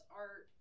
art